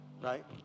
right